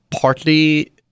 partly